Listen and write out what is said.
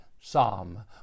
psalm